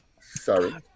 Sorry